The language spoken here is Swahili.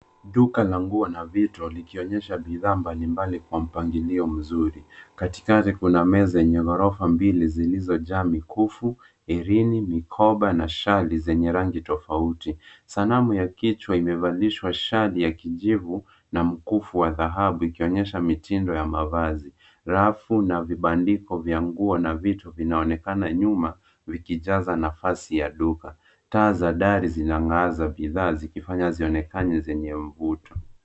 Duka la nguo na Vito likionyesha bidhaa mbali mbali kwa mpangilio mzuri. Katikati kuna meza mbili zilizojaa mikufu, herini, mikoba na shali zenye rangi tofauti. Sanamu ya kichwa imevalishwa shali ya kijivu na mkufu wa dhahabu ikionyesha mitindo ya mavazi. Rafu na vibandiko vya nguo na vitu vinaonekana nyuma, vikijaza nafasi ya duka. Taa za dari zinang'aaza bidhaa zikifanya zionekane zenye mvuto.